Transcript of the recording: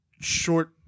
short